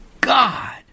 God